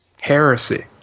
Heresy